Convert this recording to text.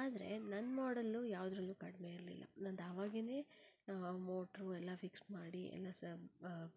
ಆದರೆ ನನ್ನ ಮಾಡೆಲ್ಲೂ ಯಾವುದರಲ್ಲೂ ಕಡಿಮೆ ಇರಲಿಲ್ಲ ನನ್ನದು ಆವಾಗೇನೆ ಮೋಟ್ರ್ ಎಲ್ಲ ಫಿಕ್ಸ್ ಮಾಡಿ ಎಲ್ಲ ಸ